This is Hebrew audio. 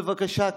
תשבו בבקשה.